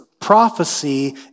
prophecy